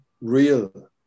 real